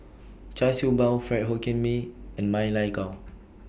Char Siew Bao Fried Hokkien Mee and Ma Lai Gao